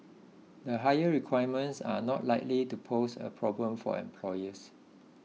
the higher requirements are not likely to pose a problem for employers